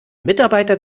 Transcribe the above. mitarbeiter